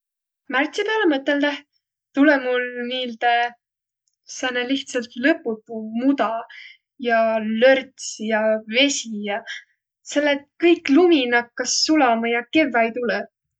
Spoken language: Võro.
Märdsi pääle mõtõldõh tulõ mul miilde sääne lihtsält lõputu muda ja lörts ja vesi ja. Selle et kõik lumi nakkas sulama ja kevväi tulõ.